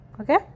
okay